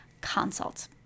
consult